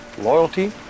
loyalty